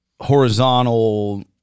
horizontal